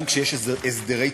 גם כשיש הסדרי תנועה,